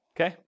Okay